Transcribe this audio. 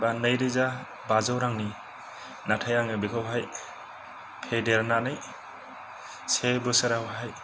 बा नैरोजा बाजौ रांनि नाथाय आङो बेखौहाय फेदेरनानै से बोसोराव हाय